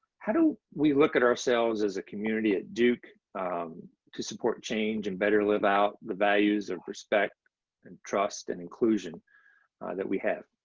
how do we look at ourselves as a community at duke to support change and better live out the values of respect and trust and inclusion that we have.